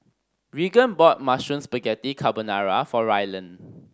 Reagan bought Mushroom Spaghetti Carbonara for Rylan